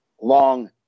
long